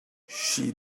she